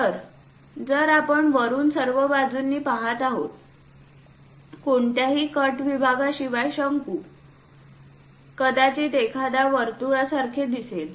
तर जर आपण वरून सर्व बाजूंनी पहात आहोत कोणत्याही कट विभागाशिवाय शंकू कदाचित एखाद्या वर्तुळा सारखे दिसेल